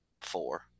four